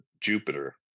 Jupiter